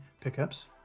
Pickups